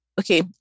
Okay